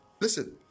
Listen